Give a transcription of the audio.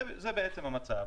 זה בעצם המצב.